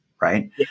right